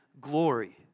glory